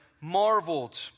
marveled